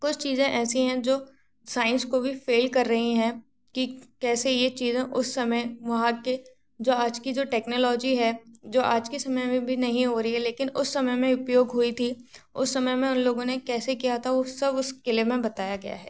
कुछ चीज़े ऐसी है जो साइंस को भी फेल कर रही हैं कि कैसे ये चीज़े उस समय वहाँ के जो आज की जो टेक्नॉलोजी है जो आज के समय मे भी नहीं हो रही है लेकिन उस समय मे उपयोग हुई थी उस समय में उन लोगों ने कैसे किया था उस सब उस क़िले में बताया गया है